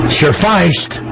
sufficed